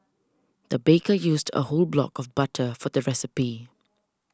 the baker used a whole block of butter for the recipe